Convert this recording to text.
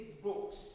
books